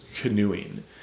canoeing